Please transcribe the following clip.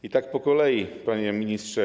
I tak po kolei, panie ministrze.